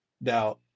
Now